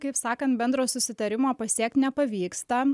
kaip sakant bendro susitarimo pasiekt nepavyksta